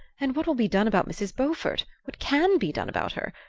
and what will be done about mrs. beaufort? what can be done about her?